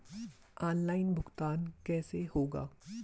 Online भुगतान कैसे होगा?